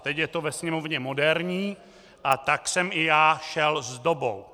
Teď je to ve Sněmovně moderní, a tak jsem i já šel s dobou.